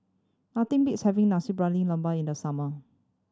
nothing beats having nasi in the summer